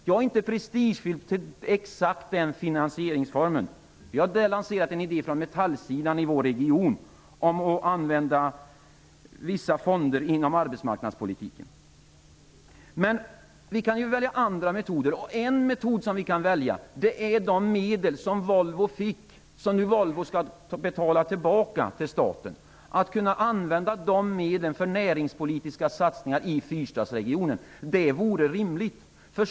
Jag är inte så prestigefylld att det måste bli exakt den finansieringsformen. Jag har lanserat en idé från Metall i vår region om att använda vissa fonder inom arbetsmarknadspolitiken, men vi kan välja andra metoder. Vi kan välja att de medel som Volvo har fått och nu skall betala tillbaka till staten skall användas till näringspolitiska satsningar i Fyrstadsregionen. Det vore rimligt.